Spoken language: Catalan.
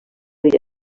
havia